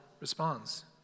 responds